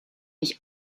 ich